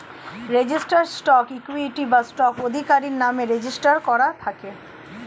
registered stock equity বা stock আধিকারির নামে রেজিস্টার করা থাকে